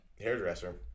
hairdresser